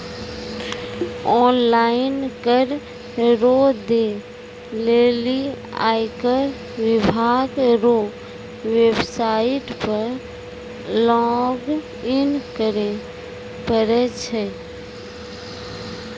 online कर रो दै लेली आयकर विभाग रो वेवसाईट पर लॉगइन करै परै छै